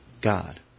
God